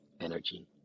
energy